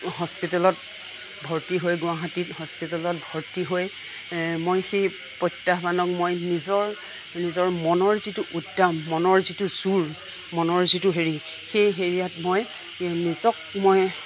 হস্পিটেলত ভৰ্তি হৈ গুৱাহাটী হস্পিটেলত ভৰ্তি হৈ মই সেই প্ৰত্যাহ্বানক মই নিজৰ নিজৰ মনৰ যিটো উদ্যম মনৰ যিটো জোৰ মনৰ যিটো হেৰি সেই হেৰিয়াত মই নিজক মই